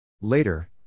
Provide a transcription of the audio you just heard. Later